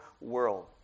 world